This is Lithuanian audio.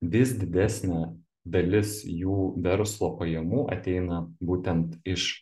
vis didesnė dalis jų verslo pajamų ateina būtent iš